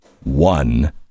one